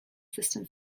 system